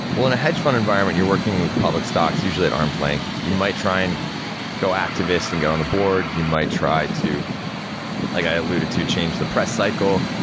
well, in a hedge fund environment, you're working with public stocks, usually at arm's length. you might try and go activist, and get on the board, you might try to, like i alluded to, change the press cycle.